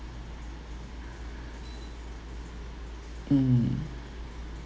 mm